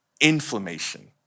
inflammation